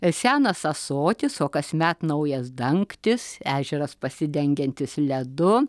senas ąsotis o kasmet naujas dangtis ežeras pasidengiantis ledu